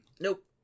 Nope